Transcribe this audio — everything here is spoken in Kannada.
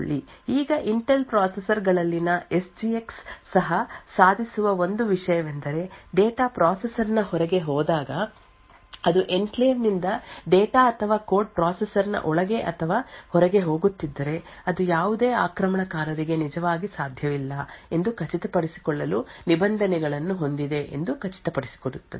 ಈಗ ಇಂಟೆಲ್ ಪ್ರೊಸೆಸರ್ಗಳಲ್ಲಿನ ಯಸ್ ಜಿ ಎಕ್ಸ್ ಸಹ ಸಾಧಿಸುವ ಒಂದು ವಿಷಯವೆಂದರೆ ಡೇಟಾ ಪ್ರೊಸೆಸರ್ನ ಹೊರಗೆ ಹೋದಾಗ ಅದು ಎನ್ಕ್ಲೇವ್ನಿಂದ ಡೇಟಾ ಅಥವಾ ಕೋಡ್ ಪ್ರೊಸೆಸರ್ನ ಒಳಗೆ ಅಥವಾ ಹೊರಗೆ ಹೋಗುತ್ತಿದ್ದರೆ ಅದು ಯಾವುದೇ ಆಕ್ರಮಣಕಾರರಿಗೆ ನಿಜವಾಗಿ ಸಾಧ್ಯವಿಲ್ಲ ಎಂದು ಖಚಿತಪಡಿಸಿಕೊಳ್ಳಲು ನಿಬಂಧನೆಗಳನ್ನು ಹೊಂದಿದೆ ಎಂದು ಖಚಿತಪಡಿಸುತ್ತದೆ